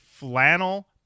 Flannel